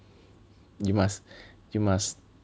you must you must